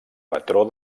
patró